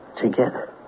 Together